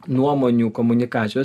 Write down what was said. nuomonių komunikacijos